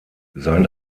sein